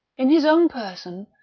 in his own person,